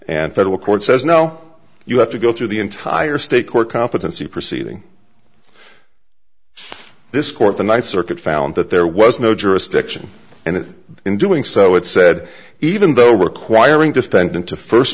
and federal court says no you have to go through the entire state court competency proceeding this court the ninth circuit found that there was no jurisdiction and in doing so it said even though requiring defendant to first